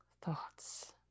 thoughts